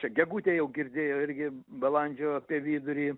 čia gegutę jau girdėjo irgi balandžio apie vidurį